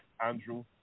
Andrew